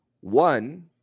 one